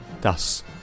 Thus